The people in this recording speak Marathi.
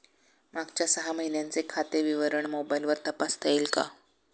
मागच्या सहा महिन्यांचे खाते विवरण मोबाइलवर तपासता येईल का?